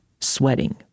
sweating